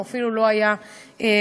הוא אפילו לא היה קשור.